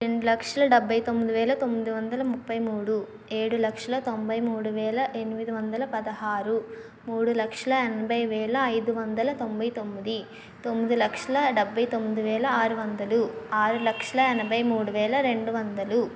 రెండు లక్షల డెభై తొమ్మిది వేల తొమ్మిది వందల ముప్పై మూడు ఏడు లక్షల తొంభై మూడు వేల ఎనిమిది వందల పదహారు మూడు లక్షల ఎనభై వేల ఐదు వందల తొంభై తొమ్మిది తొమ్మిది లక్షల డెబ్బై తొమ్మిది వేల ఆరు వందలు ఆరు లక్షల ఎనభై మూడు వేల రెండు వందలు